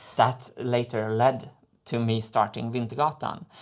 that later led to me starting wintergatan.